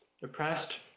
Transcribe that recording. depressed